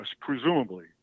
presumably